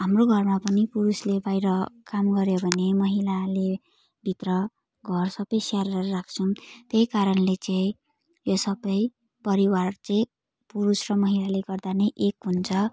हाम्रो घरमा पनि पुरुषले बाहिर काम गऱ्यो भने महिलाले भित्र घर सबै स्याहारेर राख्छन् त्यही कारणले चाहिँ यो सबै परिवार चाहिँ पुरुष र महिलाले गर्दा नै एक हुन्छ